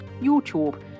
YouTube